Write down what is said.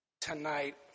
tonight